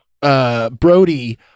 Brody